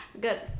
good